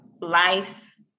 life